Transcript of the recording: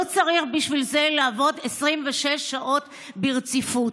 בשביל זה לא צריך לעבוד 26 שעות ברציפות.